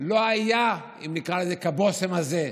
לא היה, אם נקרא לזה, כבושם הזה: